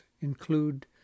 include